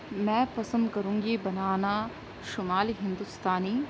میں پسند کروں گی بنانا شمال ہندوستانی